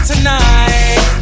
tonight